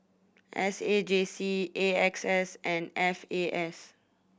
S A J C A X S and F A S